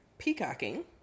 Peacocking